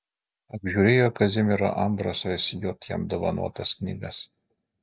apžiūrėjo kazimiero ambraso sj jam dovanotas knygas